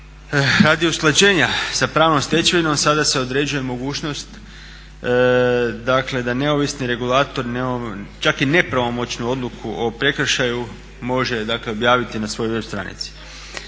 Radi usklađenja sa pravnom stečevinom sada se određuje mogućnost dakle da neovisni regulatori, čak i nepravomoćnom odluku o prekršaju može objaviti na svojoj web stranici.